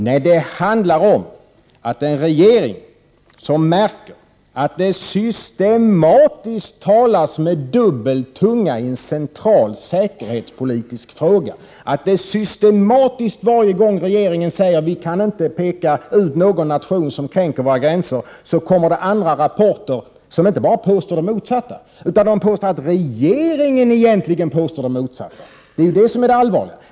Nej, det handlar om en regering som märker att det systematiskt talas med kluven tunga i en central säkerhetspolitisk fråga. Varje gång som regeringen säger att vi inte kan peka ut någon nation som kränker våra gränser, kommer det samtidigt andra rapporter som inte bara påstår motsatsen utan som också påstår att regeringen egentligen påstår det motsatta. Det är ju det som är det allvarliga.